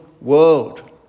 world